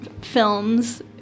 films